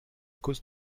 cause